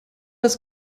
das